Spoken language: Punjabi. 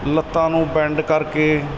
ਲੱਤਾਂ ਨੂੰ ਬੈਂਡ ਕਰਕੇ